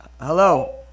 Hello